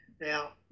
Now